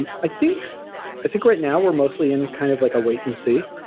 and i think i think right now we're mostly in kind of like a wait-and-see.